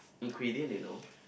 ingredient you know